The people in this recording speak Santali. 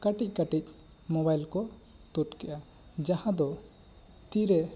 ᱠᱟᱹᱴᱤᱡ ᱠᱟᱹᱴᱤᱡ ᱢᱚᱵᱟᱤᱞ ᱠᱚ ᱛᱩᱫ ᱠᱮᱫᱼᱟ ᱡᱟᱦᱟᱸ ᱫᱚ ᱛᱤ ᱨᱮ